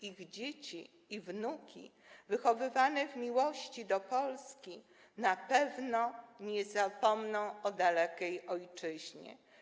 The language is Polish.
Ich dzieci i wnuki, wychowywane w miłości do Polski, na pewno nie zapomną o dalekiej ojczyźnie.